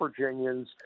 Virginians